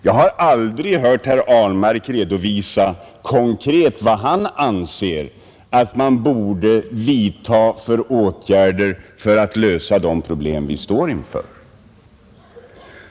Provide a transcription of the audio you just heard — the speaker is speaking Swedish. Jag har aldrig hört herr Ahlmark redovisa konkret vad han anser att man borde vidta för åtgärder för att lösa de problem som vi står inför.